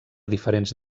diferents